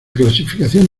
clasificación